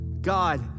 God